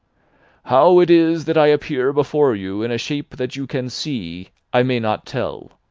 how it is that i appear before you in a shape that you can see, i may not tell.